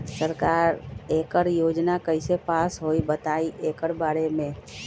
सरकार एकड़ योजना कईसे पास होई बताई एकर बारे मे?